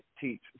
teach